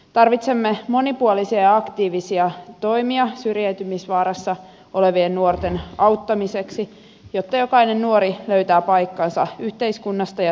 tarvitsemme monipuolisia ja aktiivisia toimia syrjäytymisvaarassa olevien nuorten auttamiseksi jotta jokainen nuori löytää paikkansa yhteiskunnasta ja työelämästä